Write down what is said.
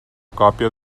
còpia